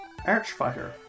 Archfighter